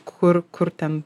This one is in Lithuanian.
kur kur ten